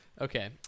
Okay